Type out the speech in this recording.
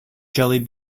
jelly